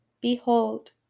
Behold